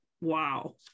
wow